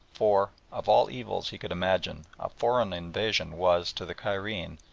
for, of all evils he could imagine, a foreign invasion was, to the cairene,